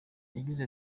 yagize